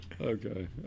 okay